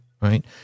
right